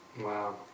Wow